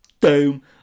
Doom